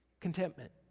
contentment